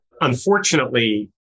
unfortunately